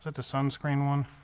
the sunscreen one